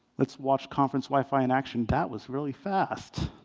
let's watch conference wi-fi in action. that was really fast.